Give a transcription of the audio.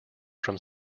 from